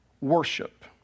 worship